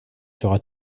sera